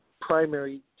primary